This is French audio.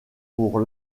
pour